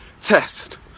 test